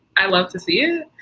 i love to see you.